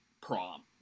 prom